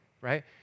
right